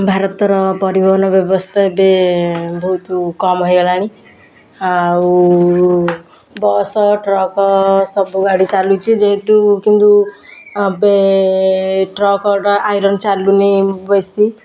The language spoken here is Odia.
ଭାରତର ପରିବହନ ବ୍ୟବସ୍ଥା ଏବେ ବହୁତ କମ୍ ହୋଇଗଲାଣି ଆଉ ବସ୍ ଟ୍ରକ୍ ସବୁ ଗାଡ଼ି ଚାଲୁଛି ଯେହେତୁ କିନ୍ତୁ ଏବେ ଟ୍ରକ୍ ଆଇରନ୍ ଚାଲୁନି ବେଶୀ